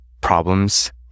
problems